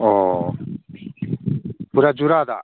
ꯑꯣ ꯄꯨꯔꯥ ꯖꯨꯔꯥꯗ